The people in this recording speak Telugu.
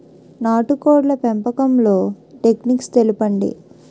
నాటుకోడ్ల పెంపకంలో టెక్నిక్స్ తెలుపండి?